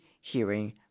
hearing